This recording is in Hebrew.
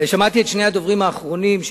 שמעתי את שני הדוברים האחרונים,